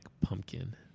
pumpkin